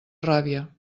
ràbia